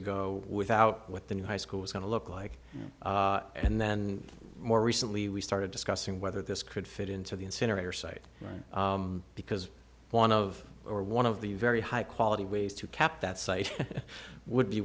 ago without what the new high school is going to look like and then more recently we started discussing whether this could fit into the incinerator site right because one of or one of the very high quality ways to cap that site would be